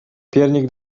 piernik